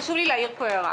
חשוב לי להעיר פה הערה.